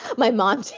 my mom